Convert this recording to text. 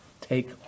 take